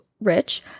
rich